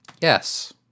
Yes